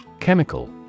Chemical